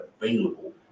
available